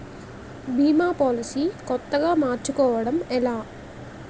భీమా policy కొత్తగా మార్చుకోవడం ఎలా?